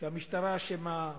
שהמשטרה אשמה,